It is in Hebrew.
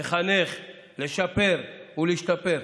לחנך, לשפר ולהשתפר.